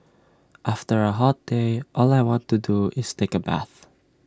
after A hot day all I want to do is take A bath